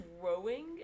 growing